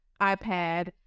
iPad